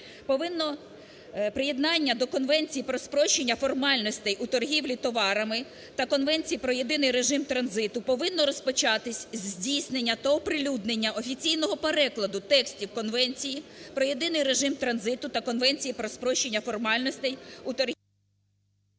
Кабміну, приєднання до Конвенції про спрощення формальностей у торгівлі товарами та Конвенції про єдиний режим транзиту повинно розпочатись зі здійснення та оприлюднення офіційного перекладу текстів Конвенції про єдиний режим транзиту та Конвенції про спрощення формальностей у торгівлі…